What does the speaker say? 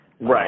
Right